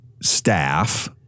staff